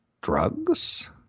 drugs